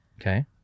Okay